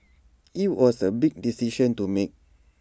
IT was A big decision to make